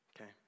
Okay